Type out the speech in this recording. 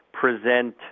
present